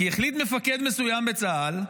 כי החליט מפקד מסוים בצה"ל,